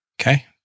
Okay